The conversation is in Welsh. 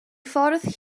ffordd